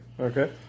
Okay